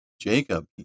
Jacob